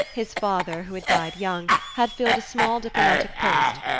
his father, who had died young, had filled a small diplomatic post,